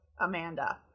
Amanda